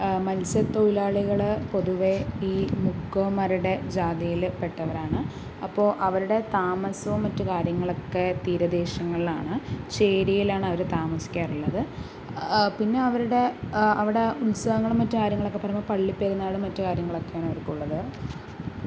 മത്സ്യത്തൊഴിലാളികള് പൊതുവെ ഈ മുക്കുവന്മാരുടെ ജാതിയിൽ പെട്ടവരാണ് അപ്പോൾ അവരുടെ താമസവും മറ്റു കാര്യങ്ങളൊക്കെ തീര ദേശങ്ങളിലാണ് ചേരിയിലാണ് അവര് താമസിക്കാറുള്ളത് പിന്നെ അവരുടെ അവിടെ ഉത്സവങ്ങളും മറ്റും കാര്യങ്ങളും പറയുമ്പോൾ പള്ളി പെരുന്നാളും മറ്റു കാര്യങ്ങളൊക്കെയാണ് അവർക്ക് ഉള്ളത്